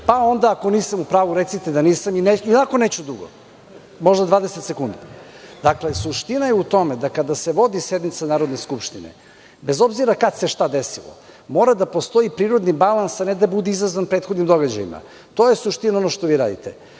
problem. Ako nisam u pravu recite da nisam i onako neću dugo. Suština je u tome da kada se vodi sednica Narodne skupštine, bez obzira kada se šta desilo, mora da postoji prirodni balans, a ne da bude izazvan prethodnim događajima. To je suština onog što vi radite.